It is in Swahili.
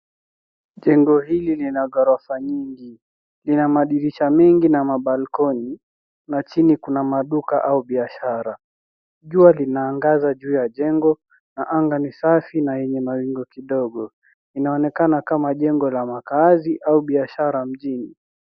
Jengo hili lina ghorofa nyingi. Lina madirisha mengi na mabalcony na chini kuna maduka au biashara. Jua linaangaza juu ya jengo na anga ni safi na yenye mawingu kidogo. Inaonekana kama jengo la makazi au biashara mjini.